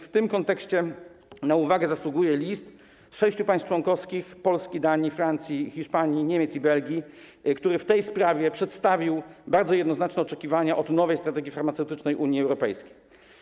W tym kontekście na uwagę zasługuje list sześciu państw członkowskich: Polski, Danii, Francji, Hiszpanii, Niemiec i Belgii, który w tej sprawie przedstawił bardzo jednoznaczne oczekiwania wobec nowej strategii farmaceutycznej Unii Europejskiej.